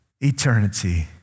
eternity